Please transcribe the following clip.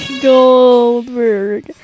Goldberg